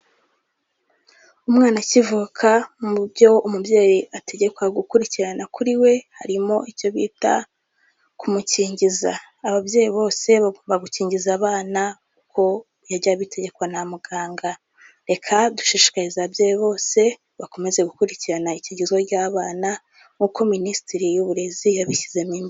Umwana akivuka mu byo umubyeyi ategekwa gukurikirana kuri we harimo icyo bita kumukingiza, ababyeyi bose bagomba gukingiza abana uko yagiye abitegekwa na muganga, reka dushishikaze ababyeyi bose bakomeze gukurikirana ikingizwa ry'abana nk'uko minisiteri w'uburezi yabishyizemo.